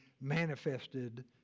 manifested